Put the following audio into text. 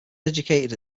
educated